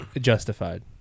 justified